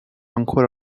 ancora